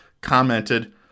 commented